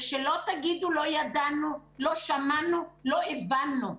ושלא תגידו לא ידענו, לא שמענו, לא הבנו.